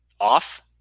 off